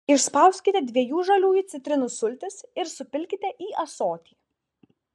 išspauskite dviejų žaliųjų citrinų sultis ir supilkite į ąsotį